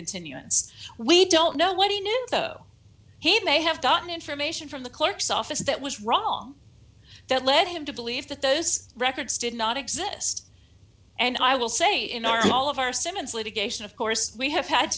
continuance we don't know what he knew though he may have gotten information from the clerk's office that was wrong that led him to believe that those records did not exist and i will say in our all of our simmonds litigation of course we have had